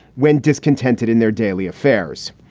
when discontented in their daily affairs.